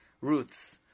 roots